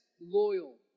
loyal